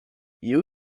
you